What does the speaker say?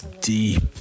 deep